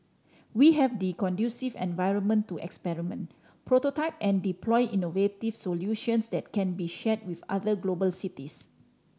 we have the conducive environment to experiment prototype and deploy innovative solutions that can be shared with other global cities